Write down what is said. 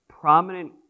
prominent